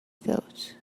thought